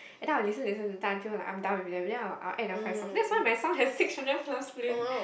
and then I like listen listen listen to until I'm done already then I will add like five songs that's why my songs have six hundred plus in